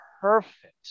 perfect